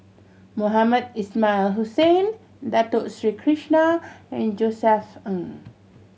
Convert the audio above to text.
Mohamed Ismail Hussain Dato Sri Krishna and Josef Ng